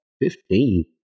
Fifteen